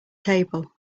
table